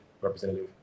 Representative